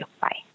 Bye